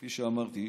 כפי שאמרתי,